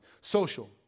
Social